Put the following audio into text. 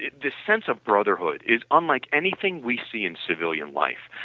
the sense of brotherhood is unlike anything we see in civilian life.